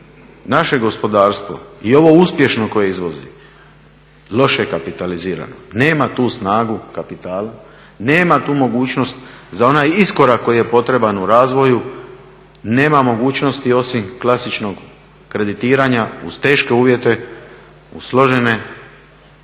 Naše gospodarstvo i ovo uspješno koje izvozi loše je kapitalizirano, nema tu snagu kapitala, nema tu mogućnost za onaj iskorak koji je potreban u razvoju, nema mogućnosti osim klasičnog kreditiranja uz teške uvjete, uz složene visoke